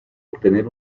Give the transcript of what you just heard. obtener